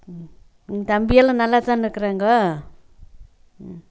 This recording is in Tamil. ம் ம் தம்பியெல்லாம் நல்லாதானே இருக்கிறாங்க ம்